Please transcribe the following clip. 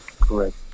Correct